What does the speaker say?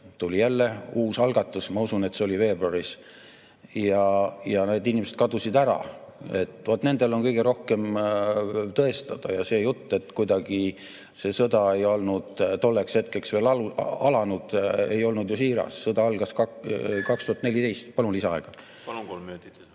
tuli jälle uus algatus – ma usun, et see oli veebruaris – ja need inimesed kadusid ära. Vaat nendel on kõige rohkem tõestada. Ja see jutt, et kuidagi see sõda ei olnud tolleks hetkeks veel alanud, ei olnud ju siiras. Sõda algas 2014. Palun lisaaega. Palun, kolm minutit!